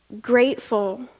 grateful